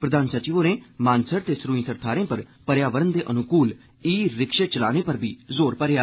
प्रधान सचिव होरें मानसर ते सरूईंसर थाहरें पर प्यावरण दे अनुकूल ई रिक्षे चलाने पर बी जोर भरेआ